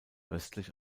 östlich